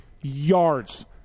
yards